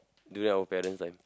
during our parents' time